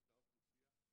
לאותה אוכלוסיה.